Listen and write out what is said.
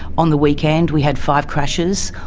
on the weekend we had five crashes,